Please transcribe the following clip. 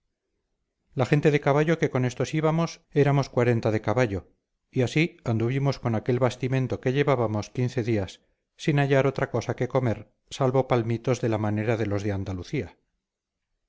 la gente de caballo que con estos íbamos éramos cuarenta de caballo y así anduvimos con aquel bastimento que llevábamos quince días sin hallar otra cosa que comer salvo palmitos de la manera de los de andalucía